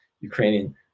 Ukrainian